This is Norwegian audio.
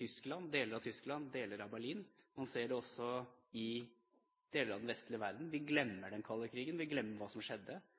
deler av Tyskland, deler av Berlin. Man ser det også i deler av den vestlige verden. Vi glemmer den kalde krigen, vi glemmer hva som skjedde.